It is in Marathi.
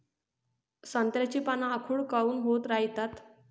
संत्र्याची पान आखूड काऊन होत रायतात?